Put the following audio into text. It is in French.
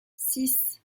six